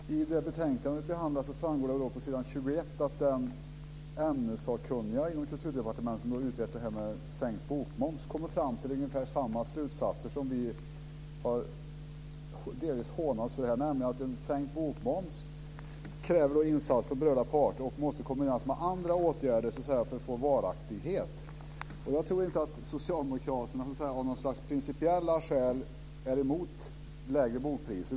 Fru talman! I det betänkande vi behandlar framgår på s. 21 att den ämnessakkunniga inom Kulturdepartementet som utrett frågan om sänkt bokmoms kommit fram till ungefär samma slutsatser som vi delvis har hånats för här, nämligen att en sänkt bokmoms kräver insatser av berörda parter och måste kombineras med andra åtgärder för att få varaktighet. Jag tror inte att socialdemokraterna av något slags principiella skäl är emot lägre bokpriser.